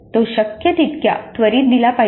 तो शक्य तितक्या त्वरित दिला पाहिजे